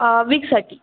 वीकसाठी